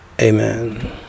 Amen